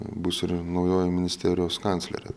bus ir naujoji ministerijos kanclerė